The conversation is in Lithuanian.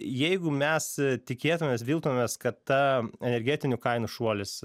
jeigu mes tikėtumėmės viltumėmės kad ta energetinių kainų šuolis